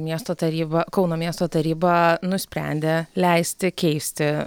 miesto taryba kauno miesto taryba nusprendė leisti keisti